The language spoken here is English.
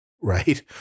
right